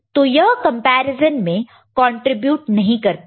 तो यह कंपैरिजन में कंट्रीब्यूट नहीं करते हैं